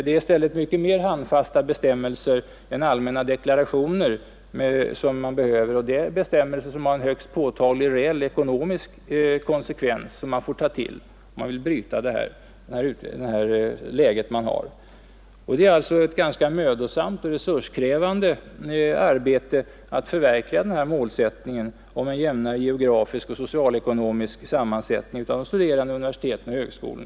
Det behövs i stället mera handfasta bestämmelser än allmänna deklarationer, bestämmelser med högst påtagliga ekonomiska konsekvenser. Det innebär ett mödosamt och resurskrävande arbete att förverkliga målsättningen om en jämnare geografisk och socialekonomisk sammansättning av de studerande vid universitet och högskolor.